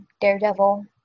Daredevil